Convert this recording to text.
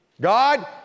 God